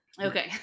Okay